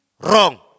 wrong